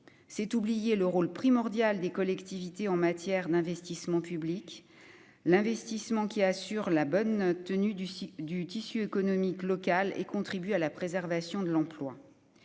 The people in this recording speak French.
c'est oublier le rôle primordial des collectivités en matière d'investissements publics, l'investissement, qui assure la bonne tenue du site du tissu économique local et contribue à la préservation de l'emploi,